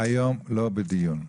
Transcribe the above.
הגברת פרמינגר, הנושא לא בדיון היום.